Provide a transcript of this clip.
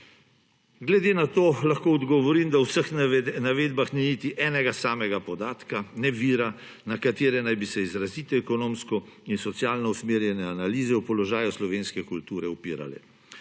Glede na to lahko odgovorim, da v vseh navedbah ni niti enega samega podatka, ne vira, na katerega naj bi se izrazite ekonomsko in socialno usmerjene analize o položaju slovenske kulture opirale.